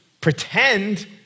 pretend